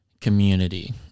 Community